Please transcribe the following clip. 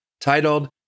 titled